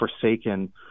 forsaken